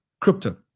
crypto